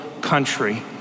country